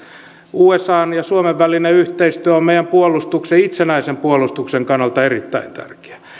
usan ja suomen välinen yhteistyö on meidän puolustuksen itsenäisen puolustuksen kannalta erittäin tärkeä